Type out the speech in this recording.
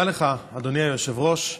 תודה לך, אדוני היושב-ראש.